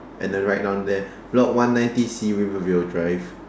and then write down there block one ninety sea rivervale drive